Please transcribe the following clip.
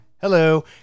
hello